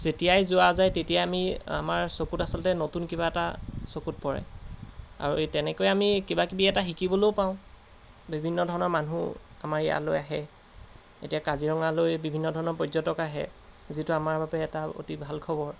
যেতিয়াই যোৱা যায় তেতিয়াই আমি আমাৰ চকুত আচলতে নতুন কিবা এটা চকুত পৰে আৰু এই তেনেকৈ আমি কিবাকিবি এটা শিকিবলৈও পাওঁ বিভিন্ন ধৰণৰ মানুহ আমাৰ ইয়ালৈ আহে এতিয়া কাজিৰঙালৈ বিভিন্ন ধৰণৰ পৰ্যটক আহে যিটো আমাৰ বাবে এটা অতি ভাল খবৰ